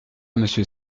monsieur